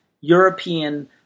European